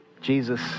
Jesus